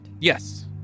Yes